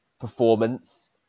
performance